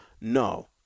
No